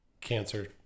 cancer